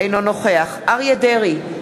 אינו נוכח אריה דרעי,